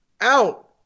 out